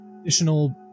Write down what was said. additional